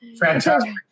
fantastic